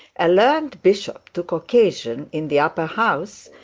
a learned bishop took occasion, in the upper house,